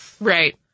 Right